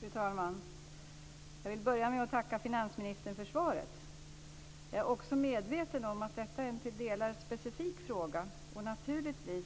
Fru talman! Jag vill börja med att tacka finansministern för svaret. Jag är också medveten om att detta är till vissa delar en specifik fråga. Naturligtvis